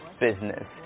business